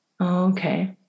okay